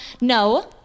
no